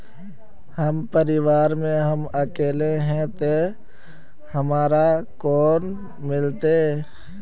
हम परिवार में हम अकेले है ते हमरा लोन मिलते?